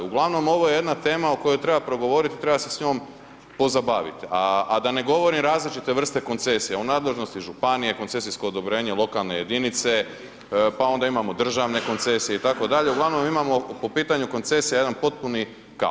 Uglavnom ovo je jedna tema o kojoj treba progovorit, treba se s njom pozabavit, a, a da ne govorim različite vrste koncesija u nadležnosti županije, koncesijsko odobrenje lokalne jedinice, pa onda imamo državne koncesije itd., uglavnom imamo po pitanju koncesija jedan potpuni kaos.